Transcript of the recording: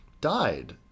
died